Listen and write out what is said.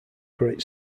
great